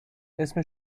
اسم